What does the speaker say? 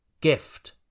gift